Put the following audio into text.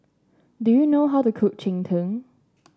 do you know how to cook Cheng Tng